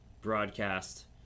broadcast